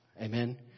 Amen